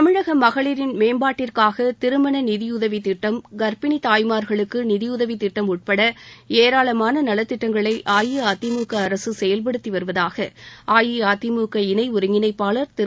தமிழக மகளிரின் மேம்பாட்டிற்காக திருமண நிதியுதவி திட்டம் கர்ப்பிணி தாய்மார்களுக்கு நிதியுதவி திட்டம் உட்பட ஏராளமான நலத் திட்டங்களை அஇஅதிமுக அரசு செயல்படுத்தி வருவதாக அஇஅதிமுக இணை ஒருங்கிணைப்பாளர் திரு